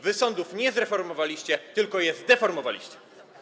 Wy sądów nie zreformowaliście, tylko je zdeformowaliście.